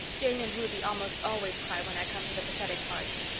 jane and ruby almost always cry when i come to the pathetic parts.